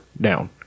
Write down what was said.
down